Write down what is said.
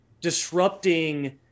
disrupting